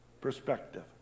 perspective